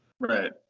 right